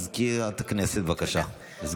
אני קובע כי הצעת חוק חוזה הביטוח (תיקון מס'